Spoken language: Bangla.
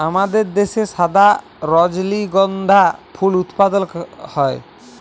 আমাদের দ্যাশে সাদা রজলিগন্ধা ফুল উৎপাদল হ্যয়